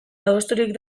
adosturik